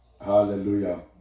Hallelujah